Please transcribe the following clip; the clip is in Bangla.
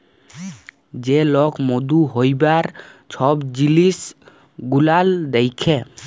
যে লক মধু হ্যবার ছব জিলিস গুলাল দ্যাখে